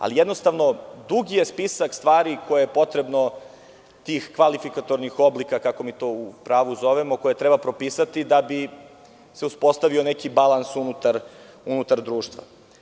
Ali, jednostavno dug je spisak stvari koje je potrebno, tih kvalifikatornih oblika, kako mi to u pravu zovemo, propisati da bi se uspostavio neki balans unutar društva.